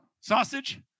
Sausage